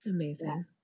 Amazing